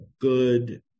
good